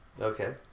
Okay